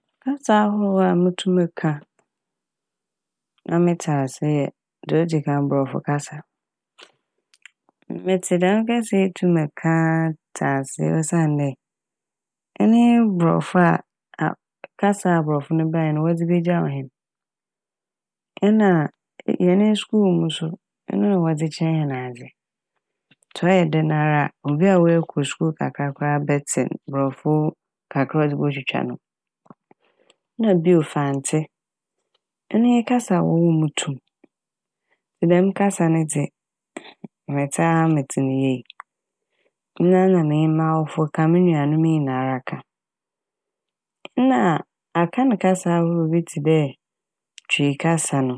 kasa ahorow a motum meka na metse ase yɛ dza odzi kan Borɔfo kasa. Metse dɛm kasa yi tum kaaa a tse ase osiandɛ ɛno nye Borɔfo a ab- kasa a aborɔfo no bae no wɔdze begayaaw hɛn nna hɛn ne skuul mu so eno na wɔdze kyerɛ hɛn adze ntsi ɔyɛ dɛn ara a obi a ɔakɔ skuul kakra koraa bɛtse borɔfo kakra a ɔdze botwitwa no ho. Na bio Fantse ɔno nye kasa a wɔwoo me to m' ntsi dɛm kasa ne dze metse a metse ne yie. Eno a na menye m'awofo ka, me nuanom nyinara ka. Nna a Akan kasa ahorow bi tse dɛ Twii kasa no